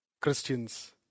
Christians